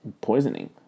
poisoning